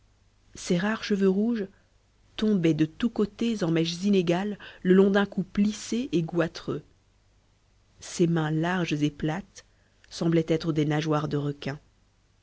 ses rares cheveux rouges tombaient de tous côtés en mèches inégales le long d'un cou plissé et goitreux ses mains larges et plates semblaient être des nageoires de requin